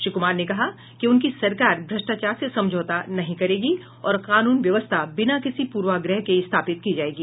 श्री कुमार ने कहा कि उनकी सरकार भ्रष्टाचार से समझौता नहीं करेगी और कानून व्यवस्था बिना किसी पूर्वाग्रह के स्थापित की जाएगी